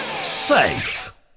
safe